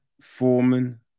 Foreman